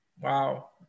Wow